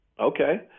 okay